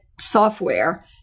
software